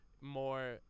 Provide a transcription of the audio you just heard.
more